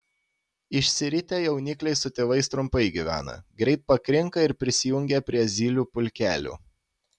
išsiritę jaunikliai su tėvais trumpai gyvena greit pakrinka ir prisijungia prie zylių pulkelių